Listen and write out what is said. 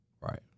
Right